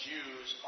Jews